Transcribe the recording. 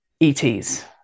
ETs